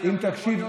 יכול להיות,